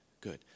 good